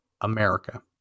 America